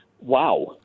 wow